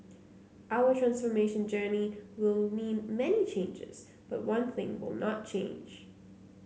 our transformation journey will mean many changes but one thing will not change